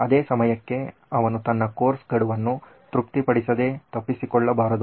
ಅದೇ ಸಮಯಕ್ಕೆ ಅವನು ತನ್ನ ಕೋರ್ಸ್ ಗಡುವನ್ನು ತೃಪ್ತಿಪಡಿಸದೇ ತಪ್ಪಿಸಿಕೊಳ್ಳಬಾರದು